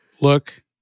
look